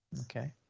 Okay